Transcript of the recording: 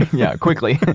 yeah, quickly.